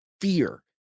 fear